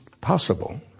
possible